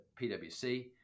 PwC